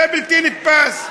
זה בלתי נתפס.